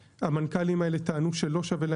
המנכ"לים האלה טענו שלא שווה להם